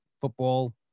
football